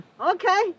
Okay